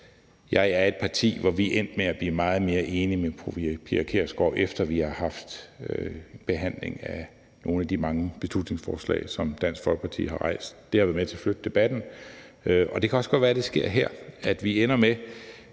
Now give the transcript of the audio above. jeg og mit parti er endt med at blive meget mere enige med fru Pia Kjærsgaard, efter vi har haft behandlingen af nogle af de mange beslutningsforslag, som Dansk Folkeparti har fremsat. Det har været med til at flytte debatten, og det kan også godt være, at det sker her. Det kan være,